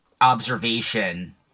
Observation